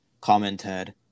commented